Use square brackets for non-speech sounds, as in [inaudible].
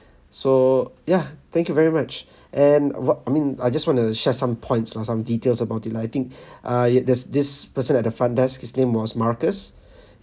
so ya thank you very much and what I mean I just want to share some points lah some details about it lah I think [breath] ah it there's this person at the front desk his name was marcus [breath]